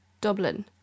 Dublin